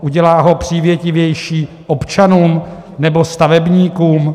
Udělá ho přívětivější občanům nebo stavebníkům?